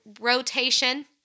rotation